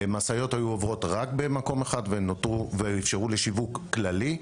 משאיות היו עוברות רק במקום אחד ואיפשרו שיווק כללי.